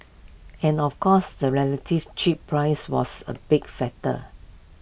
and of course the relative cheap price was A big factor